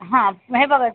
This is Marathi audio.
हां हे बघा